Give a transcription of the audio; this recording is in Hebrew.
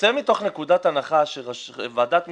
צא מתוך נקודת הנחה שוועדת מכרזים,